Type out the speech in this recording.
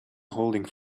holding